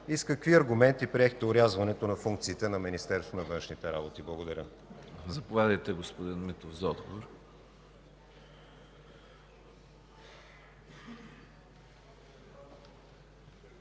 С какви аргументи приехте орязването на функциите на Министерството на външните работи? Благодаря.